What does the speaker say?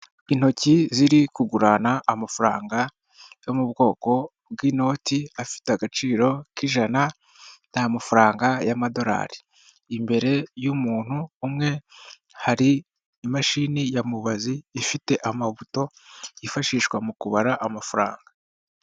Intoki ziri kugurana amafaranga yo mu bwoko bw'inoti afite agaciro k'ijana n'amafaranga y'amadorari imbere y'umuntu umwe hari imashini ya mubazi ifite amafoto yifashishwa mu kubara amafaranga.